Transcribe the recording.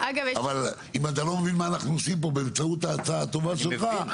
אבל אם אתה לא מבין מה אנחנו עושים פה באמצעות ההצעה הטובה שלך,